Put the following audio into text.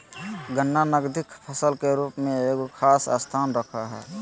गन्ना नकदी फसल के रूप में एगो खास स्थान रखो हइ